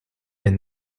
est